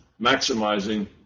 maximizing